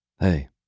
Hey